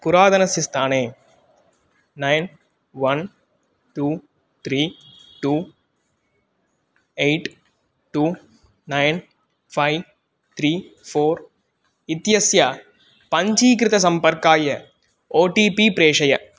पुरातनस्य स्थाने nine one two three two eight two nine five three four इत्यस्य पञ्जीकृतसम्पर्काय ओ टि पि प्रेषय